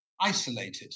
isolated